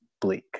bleak